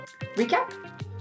Recap